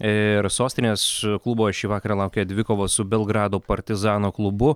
ir sostinės klubo šį vakarą laukia dvikovos su belgrado partizano klubu